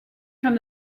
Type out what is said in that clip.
from